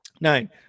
nine